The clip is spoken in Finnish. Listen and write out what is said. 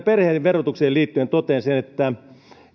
perheiden verotukseen liittyen totean sen että